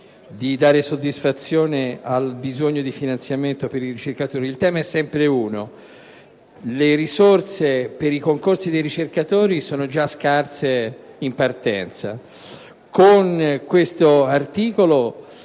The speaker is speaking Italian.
di dare soddisfazione al bisogno di finanziamento per i ricercatori. Il tema è sempre lo stesso: le risorse per i concorsi dei ricercatori sono già scarse in partenza. Con l'emendamento